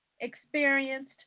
experienced